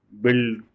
build